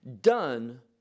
Done